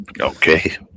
Okay